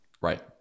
Right